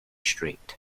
street